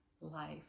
life